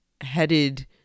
headed